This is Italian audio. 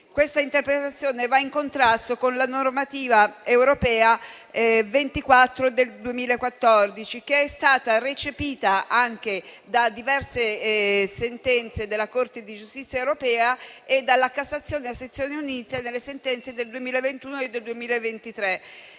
questa interpretazione va in contrasto con la direttiva europea n. 24 del 2014, che è stata recepita anche da diverse sentenze della Corte di giustizia dell'Unione europea e dalla Cassazione a sezioni Unite con sentenze del 2021 e del 2023.